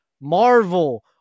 Marvel